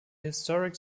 historic